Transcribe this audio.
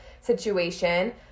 situation